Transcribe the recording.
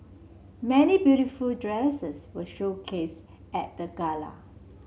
many beautiful dresses were showcased at the gala